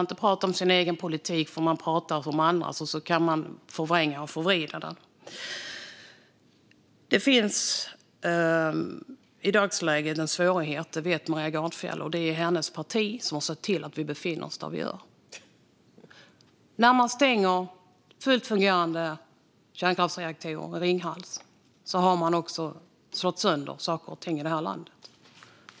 Fru talman! Kan man inte prata om sin egen politik får man prata om andras, och så kan man förvränga och förvrida den. Det finns i dagsläget en svårighet - det vet Maria Gardfjell. Det är hennes parti som har sett till att vi befinner oss där vi gör. När man stänger fullt fungerande kärnkraftsreaktorer i Ringhals har man också slagit sönder saker och ting i det här landet.